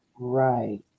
Right